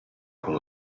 con